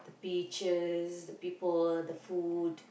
beaches the people the food